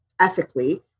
ethically